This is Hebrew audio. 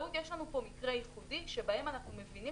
בחקלאות יש לנו פה מקרה ייחודי שבו אנחנו מבינים